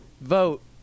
vote